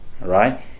right